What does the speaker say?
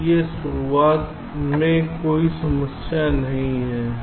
इसलिए शुरुआत के लिए कोई समस्या नहीं है